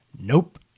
Nope